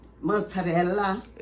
Mozzarella